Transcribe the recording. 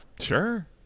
sure